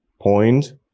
point